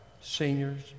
seniors